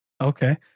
Okay